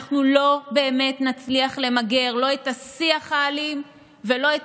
אנחנו לא באמת נצליח למגר לא את השיח האלים ולא את